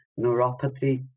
neuropathy